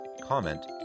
comment